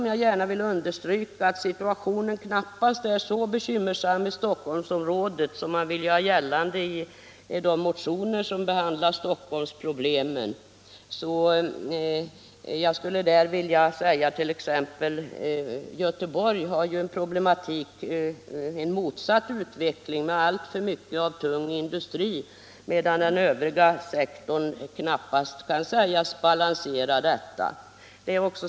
Jag anser att situationen i Stockholmsområdet knappast är så bekymmersam som man vill göra gällande i de motioner som behandlar Stockholmsproblemen. Göteborg t.ex. har en problematik med motsatt utveckling: alltför mycket av tung industri, medan den övriga sektorn knappast kan sägas balansera detta.